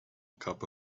cup